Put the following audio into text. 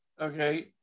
okay